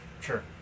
sure